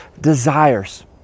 desires